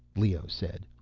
leoh said.